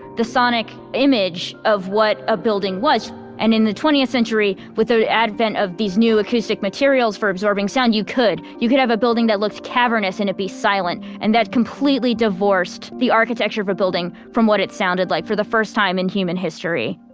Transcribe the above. the sonic image of what a building was and in the twentieth century with the advent of these new acoustic materials for absorbing sound you could. you could have a building that looked cavernous and it be silent and that completely divorced the architecture of a building from what it sounded like for the first time in human history